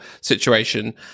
situation